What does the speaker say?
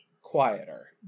quieter